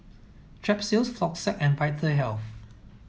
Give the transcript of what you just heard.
Strepsils Floxia and Vitahealth